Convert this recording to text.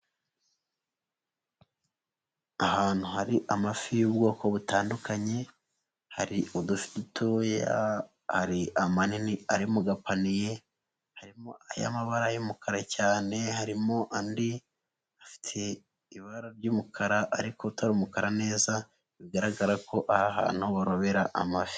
Ahantu hari amafi y'ubwoko butandukanye, hari udufi dutoya hari amanini ari mu gapaniye, harimo ay'amabara y'umukara cyane harimo andi afite ibara ry'umukara ariko atari umukara neza bigaragara ko aha hantu barobera amafi.